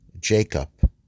Jacob